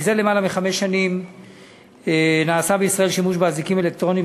זה למעלה מחמש שנים נעשה בישראל שימוש באזיקים אלקטרוניים